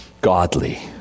godly